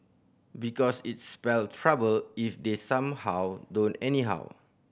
because it's spell trouble if they somehow don't anyhow